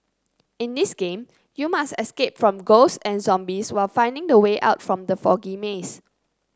in this game you must escape from ghosts and zombies while finding the way out from the foggy maze